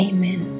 Amen